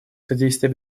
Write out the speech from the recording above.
содействия